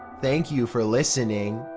thank you for listening.